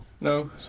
No